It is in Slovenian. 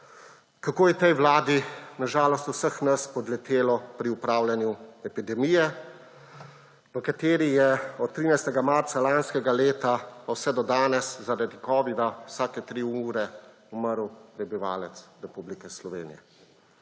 kako je tej vladi, na žalost vseh nas, spodletelo pri upravljanju epidemije, v kateri je od 13. marca lanskega leta pa vse do danes zaradi covida vsake tri ure umrl prebivalec Republike Slovenije